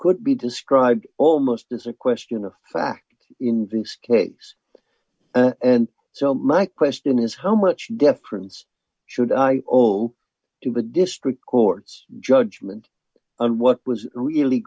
could be described almost as a question of fact in the next case and so my question is how much deference should i owe to the district court's judgment and what was really